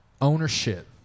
Ownership